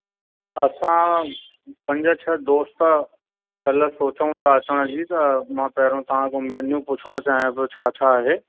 असां पंज छह दोस्त कल्ह सोचूं था अचण जी त मां पहिरों तव्हां खां मैन्यू पुछणु चाहियां थो छा छा आहे